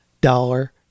dollar